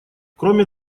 кроме